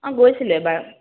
অঁ গৈছিলোঁ এবাৰ